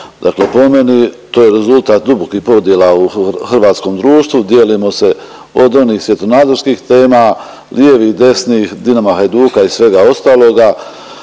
Dakle, po meni to je rezultat dubokih podjela u hrvatskom društvu. Dijelimo se od onih svjetonazorskih tema lijevih, desnih, Dinama, Hajduka i svega ostaloga.